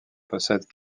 possède